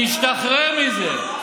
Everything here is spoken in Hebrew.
תשתחרר מזה.